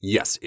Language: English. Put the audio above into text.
Yes